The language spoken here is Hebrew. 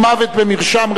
16 בעד, 39 נגד, אין נמנעים.